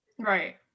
Right